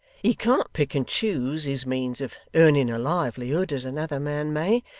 he can't pick and choose his means of earning a livelihood, as another man may.